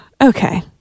okay